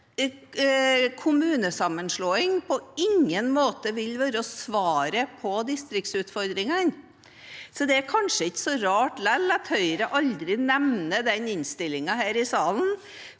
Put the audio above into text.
på ingen måte vil være svaret på distriktsutfordringene. Så det er kanskje ikke så rart at Høyre aldri nevner denne innstillingen her i salen,